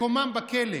מקומם בכלא.